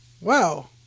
Wow